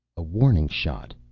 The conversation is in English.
a warning shot,